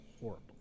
horrible